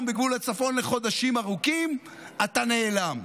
בגבול הצפון לחודשים ארוכים אתה נעלם.